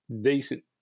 decent